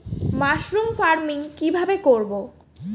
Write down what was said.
Mushroom farming কি ভাবে করব?